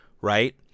right